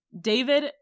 David